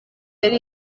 yari